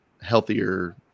healthier